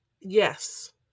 Yes